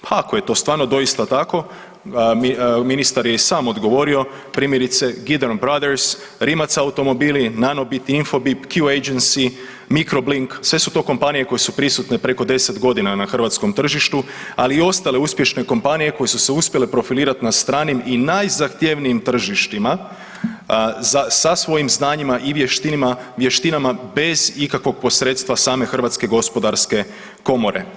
Pa ako je to stvarno doista tako, ministar je i sam odgovorio primjerice Gideon Brothers, Rimac automobili, NANOBIT, Infobip, Q agency, Microblink sve su to kompanije koje su prisutne preko 10 godina na hrvatskom tržištu, ali i ostale uspješne kompanije koje su se uspjele profilirati na stranim i najzahtjevnijim tržištima sa svojim znanjima i vještinama bez ikakvog posredstva same Hrvatske gospodarske komore.